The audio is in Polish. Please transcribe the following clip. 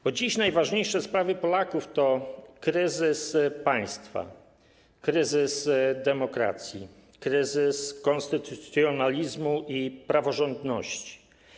Bo dziś najważniejsze sprawy Polaków to kryzys państwa, kryzys demokracji, kryzys konstytucjonalizmu i praworządności.